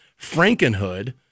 Frankenhood